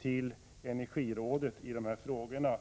till energirådet skett i dessa frågor?